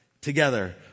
together